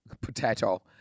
potato